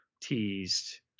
teased